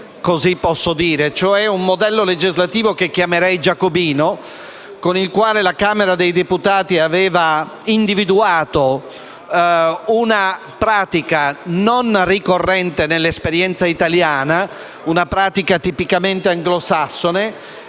così posso dire, cioè un modello legislativo che chiamerei giacobino, con il quale la Camera dei deputati aveva individuato una pratica non ricorrente nell'esperienza italiana ma tipicamente anglosassone,